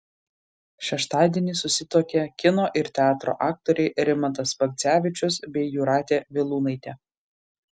šeštadienį susituokė kino ir teatro aktoriai rimantas bagdzevičius bei jūratė vilūnaitė